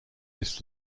this